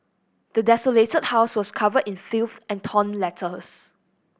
the desolated house was covered in filth and torn letters